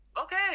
okay